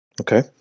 Okay